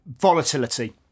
volatility